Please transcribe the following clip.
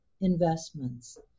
investments